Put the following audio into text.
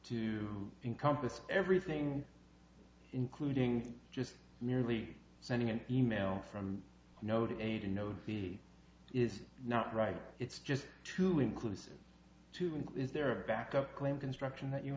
our encompass everything including just merely sending an email from noted a no he is not right it's just too inclusive to me is there a backup plan construction that you